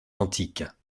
antiques